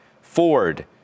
Ford